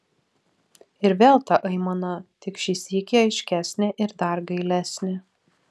ir vėl ta aimana tik šį sykį aiškesnė ir dar gailesnė